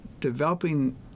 developing